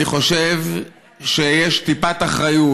אני חושב שיש טיפת אחריות.